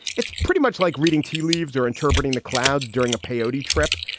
it's pretty much like reading tea leaves or interpreting the clouds during a peyote trip.